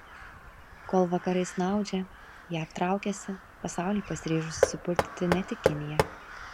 kol vakarai snaudžia jav traukiasi pasaulį pasiryžusi supurtyti ne tik kinija